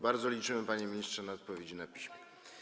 Bardzo liczymy, panie ministrze, na odpowiedzi na piśmie.